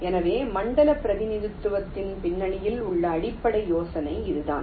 எனவே மண்டல பிரதிநிதித்துவத்தின் பின்னணியில் உள்ள அடிப்படை யோசனை இதுதான்